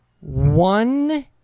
one